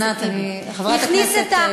ענת, אני, הכניס את,